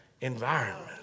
environment